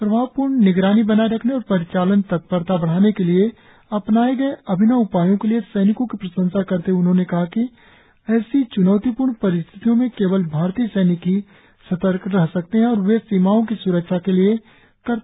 प्रभावपूर्ण निगरानी बनाए रखने और परिचालन तत्परता बढ़ाने के लिए अपनाए गए अभिनव उपायों के लिए सैनिकों की प्रशंसा करते हुए उन्होंने कहा कि ऐसी च्नौतीपूर्ण परिस्थितियों में केवल भारतीय सैनिक ही सतर्क रह सकते हैं और वे सीमाओं की स्रक्षा के लिए कर्तव्य की प्कार से परे जाने के लिए तैयार हैं